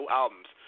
albums